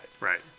Right